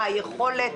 מה היכולת,